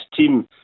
team